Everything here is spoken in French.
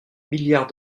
milliard